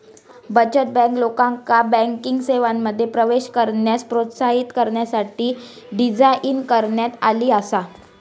बचत बँक, लोकांका बँकिंग सेवांमध्ये प्रवेश करण्यास प्रोत्साहित करण्यासाठी डिझाइन करण्यात आली आसा